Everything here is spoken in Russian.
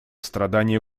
страдания